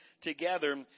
together